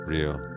Real